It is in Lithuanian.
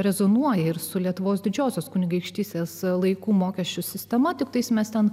rezonuoja ir su lietuvos didžiosios kunigaikštystės laikų mokesčių sistema tiktai mes ten